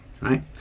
right